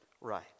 right